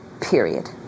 period